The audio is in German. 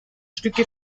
stücke